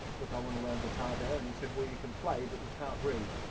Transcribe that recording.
look, i want to learn guitar there. and he said, well you can play, but you can't read.